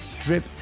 drip